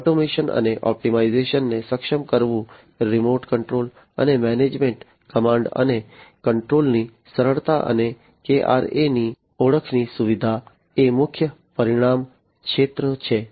automation અને ઑપ્ટિમાઇઝેશનને સક્ષમ કરવું રિમોટ કંટ્રોલ અને મેનેજમેન્ટ કમાન્ડ અને કંટ્રોલની સરળતા અને KRA ની ઓળખની સુવિધા એ મુખ્ય પરિણામ ક્ષેત્રો છે